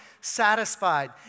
satisfied